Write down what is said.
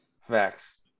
Facts